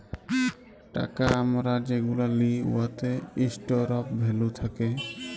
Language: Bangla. টাকা আমরা যেগুলা লিই উয়াতে ইস্টর অফ ভ্যালু থ্যাকে